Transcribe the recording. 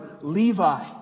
Levi